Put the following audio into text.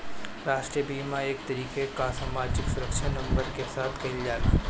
राष्ट्रीय बीमा एक तरीके कअ सामाजिक सुरक्षा नंबर के साथ कइल जाला